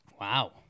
Wow